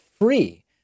free